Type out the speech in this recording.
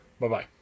Bye-bye